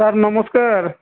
sir ନମସ୍କାର